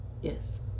Yes